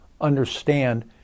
understand